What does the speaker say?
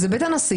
זה בית הנשיא.